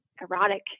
erotic